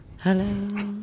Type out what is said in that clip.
Hello